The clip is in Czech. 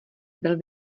byl